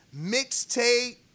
mixtape